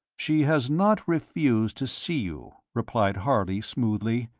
she has not refused to see you, replied harley, smoothly.